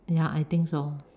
ya I think so